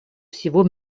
всего